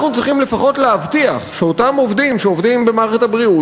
אנחנו צריכים לפחות להבטיח שאותם עובדים שעובדים במערכת הבריאות,